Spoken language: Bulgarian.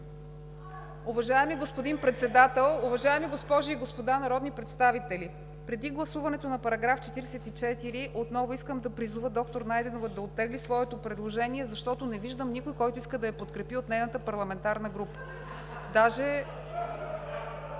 Уважаеми господин Председател, уважаеми госпожи и господа народни представители! Преди гласуването на § 44, отново искам да призова доктор Найденова да оттегли своето предложение, защото не виждам никой, който иска да я подкрепи от нейната парламентарна група